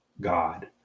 God